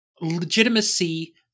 legitimacy